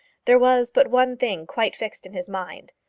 there was but one thing quite fixed in his mind.